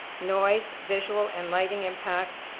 noise, visual and lighting impacts,